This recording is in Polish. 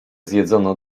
zjedzono